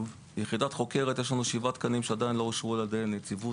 ביחידה החוקרת יש לנו שבעה תקנים שעדיין לא אושרו על ידי הנציבות,